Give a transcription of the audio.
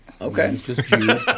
Okay